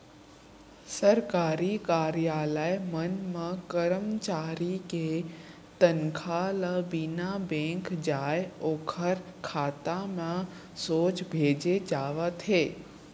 सरकारी कारयालय मन म करमचारी के तनखा ल बिना बेंक जाए ओखर खाता म सोझ भेजे जावत हे